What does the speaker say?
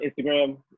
instagram